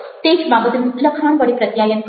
તે જ બાબતનું લખાણ વડે પ્રત્યાયન કરો